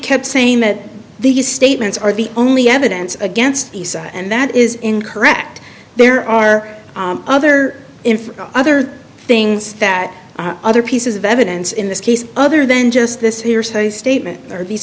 kept saying that these statements are the only evidence against isa and that is incorrect there are other in for other things that other pieces of evidence in this case other than just this hearsay statement are these